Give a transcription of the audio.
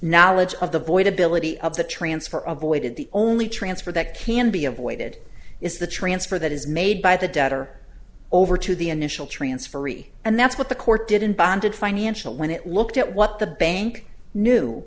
knowledge of the void ability of the transfer of voided the only transfer that can be avoided is the transfer that is made by the debtor over to the initial transferee and that's what the court did in banded financial when it looked at what the bank knew